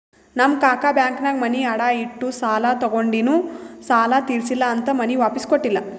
ನಮ್ ಕಾಕಾ ಬ್ಯಾಂಕ್ನಾಗ್ ಮನಿ ಅಡಾ ಇಟ್ಟು ಸಾಲ ತಗೊಂಡಿನು ಸಾಲಾ ತಿರ್ಸಿಲ್ಲಾ ಅಂತ್ ಮನಿ ವಾಪಿಸ್ ಕೊಟ್ಟಿಲ್ಲ